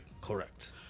Correct